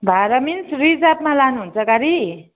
भाडा मिन्स रिजर्भमा लानुहुन्छ गाडी